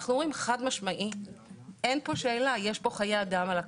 חד משמעית אין פה שאלה, יש פה חיי אדם על הכף.